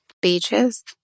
Beaches